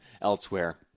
elsewhere